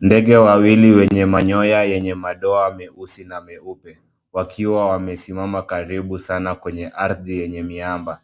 Ndege wawili wenye manyoya yenye madoa meusi na meupe wakiwa wamesimama karibu sana kwenye ardhi yenye miamba.